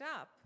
up